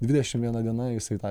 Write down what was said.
dvidešim viena diena jisai tą jau